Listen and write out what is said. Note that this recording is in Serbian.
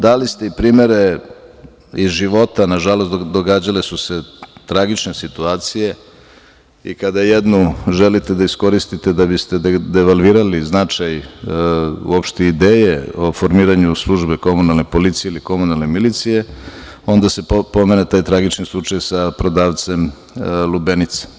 Dali ste i primere iz života, nažalost, događale su se tragične situacije, i kada jednu želite da iskoristite da biste devalvirali značaj uopšte ideje o formiranju službe komunalne policije, ili komunalne milicije, onda se pomene taj tragični slučaj sa prodavcem lubenica.